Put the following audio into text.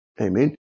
Amen